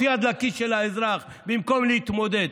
דחוף יד לכיס של האזרח במקום להתמודד.